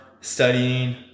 studying